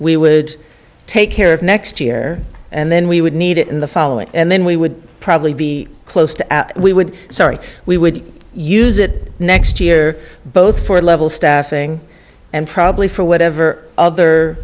we would take care of next year and then we would need it in the following and then we would probably be close to as we would sorry we would use it next year both for level staffing and probably for whatever other